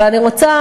אבל אני רוצה,